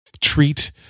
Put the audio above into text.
treat